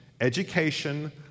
education